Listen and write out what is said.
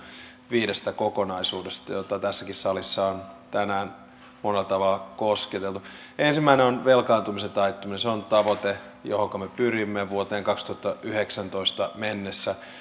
viidestä kokonaisuudesta joita tässäkin salissa on tänään monella tavalla kosketeltu ensimmäinen on velkaantumisen taittuminen se on tavoite johonka me pyrimme vuoteen kaksituhattayhdeksäntoista mennessä